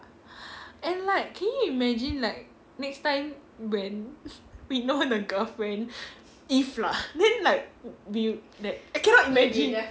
and like can you imagine like next time when we know the girlfriend if lah then like we that I cannot imagine